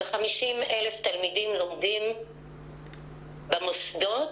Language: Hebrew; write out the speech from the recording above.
ו-50,000 תלמידים לומדים במוסדות,